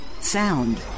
Sound